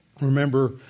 Remember